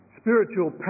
spiritual